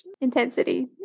intensity